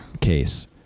Case